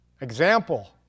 Example